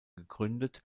gegründet